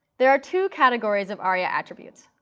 there are two categories of aria attributes,